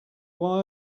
why